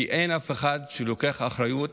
כי אין אף אחד שלוקח אחריות